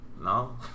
No